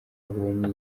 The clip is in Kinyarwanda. abonye